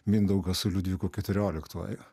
mindaugą su liudviku keturioliktuoju